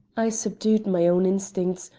i subdued my own instincts,